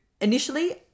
initially